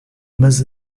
mas